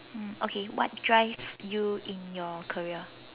mm okay what drives you in your career